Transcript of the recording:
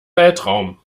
weltraum